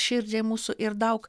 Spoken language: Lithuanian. širdžiai mūsų ir daug